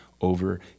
over